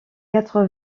quatre